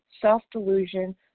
self-delusion